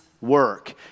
work